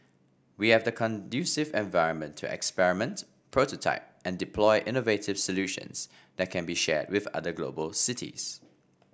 we have the conducive environment to experiment prototype and deploy innovative solutions that can be shared with other global cities